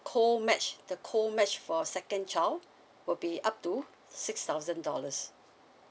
co match the co match for second child would be up to six thousand dollars